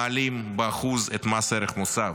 מעלים ב-1% את מס ערך מוסף,